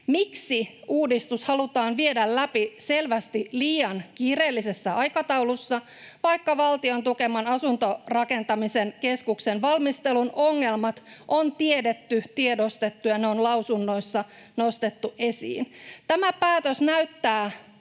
Miksi uudistus halutaan viedä läpi selvästi liian kiireellisessä aikataulussa, vaikka Valtion tukeman asuntorakentamisen keskuksen valmistelun ongelmat on tiedetty, tiedostettu ja lausunnoissa nostettu esiin? Tämä päätös näyttää